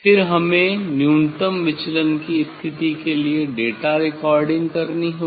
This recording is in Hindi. फिर हमें न्यूनतम विचलन की स्थिति के लिए डेटा रिकॉर्डिंग करनी होगी